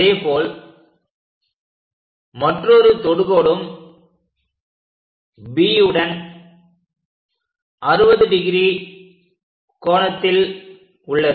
அதேபோல் மற்றொரு தொடுகோடும் B உடன் 60 ° கோணத்தில் உள்ளது